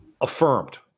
Affirmed